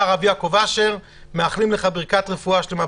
אנחנו מאחלים לך ברכת רפואה שלמה,